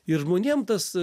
ir žmonėm tas